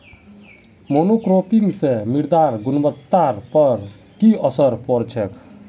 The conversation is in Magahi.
मोनोक्रॉपिंग स मृदार गुणवत्ता पर की असर पोर छेक